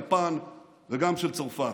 יפן וגם של צרפת.